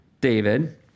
David